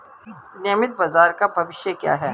नियमित बाजार का भविष्य क्या है?